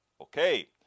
Okay